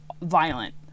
violent